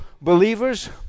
believers